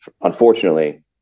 unfortunately